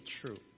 true